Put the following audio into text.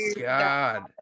God